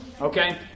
Okay